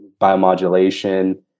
biomodulation